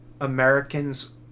Americans